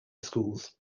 schools